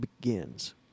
begins